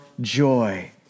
joy